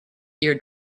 ear